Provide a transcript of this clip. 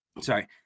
sorry